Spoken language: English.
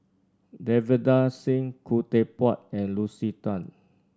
Davinder Singh Khoo Teck Puat and Lucy Tan